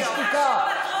הכנסת בר-לב.